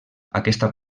aquesta